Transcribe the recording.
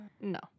No